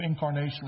incarnationally